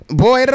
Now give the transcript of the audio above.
boy